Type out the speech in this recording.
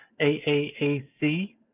AAAC